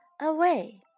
away